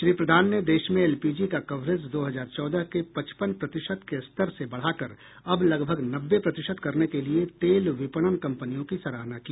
श्री प्रधान ने देश में एलपीजी का कवरेज दो हजार चौदह के पचपन प्रतिशत के स्तर से बढ़ाकर अब लगभग नब्बे प्रतिशत करने के लिए तेल विपणन कंपनियों की सराहना की